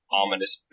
ominous